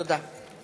תודה.